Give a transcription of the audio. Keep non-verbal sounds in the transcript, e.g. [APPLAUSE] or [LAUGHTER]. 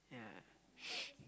yeah [NOISE]